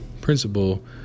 principle